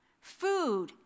food